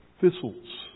thistles